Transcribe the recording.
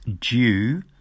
due